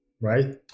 right